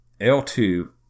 L2